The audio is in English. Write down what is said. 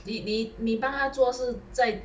你你你帮他做是在